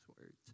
words